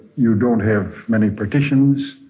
you don't have many partitions.